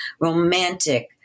romantic